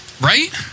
Right